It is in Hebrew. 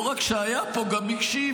לא רק שהוא היה פה, הוא גם הקשיב.